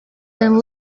and